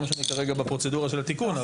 לא משנה כרגע בפרוצדורה של התיקון.